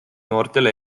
noortele